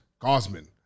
Gosman